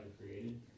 created